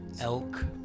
Elk